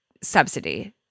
subsidy